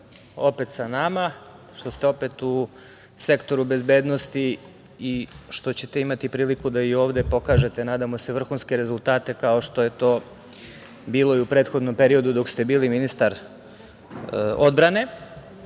opet sa nama, što ste opet u Sektoru bezbednosti i što ćete imati priliku da i ovde pokažete, nadamo se, vrhunske rezultate kao što je to bilo u prethodnom periodu dok ste bili ministar odbrane. Danas